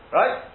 right